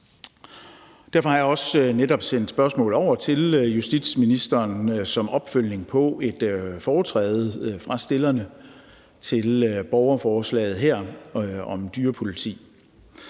Derfor har jeg også netop sendt spørgsmål over til justitsministeren som opfølgning på et foretræde fra stillerne til borgerforslaget her om et dyrepoliti.